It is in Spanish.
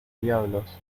diablos